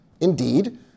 Indeed